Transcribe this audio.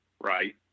right